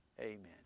amen